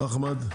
אחמד,